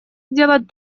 сделать